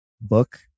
book